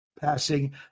passing